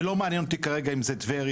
ולא מעניין אותי כרגע אם זה טבריה,